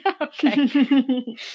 Okay